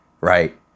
Right